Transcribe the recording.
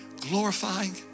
glorifying